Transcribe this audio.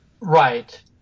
right